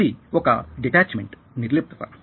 ఇది ఒక డిటాచ్మెంట్నిర్లిప్తత